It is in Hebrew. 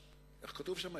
איך כתוב שם?